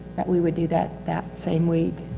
that we would do that, that same week